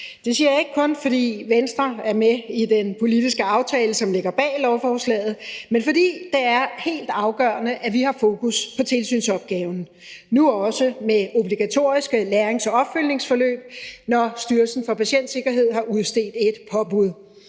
Det siger jeg ikke kun, fordi Venstre er med i den politiske aftale, som ligger bag lovforslaget, men fordi det er helt afgørende, at vi har fokus på tilsynsopgaven, nu også med obligatoriske lærings- og opfølgningsforløb, når Styrelsen for Patientsikkerhed har udstedt et påbud.